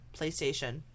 playstation